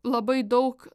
labai daug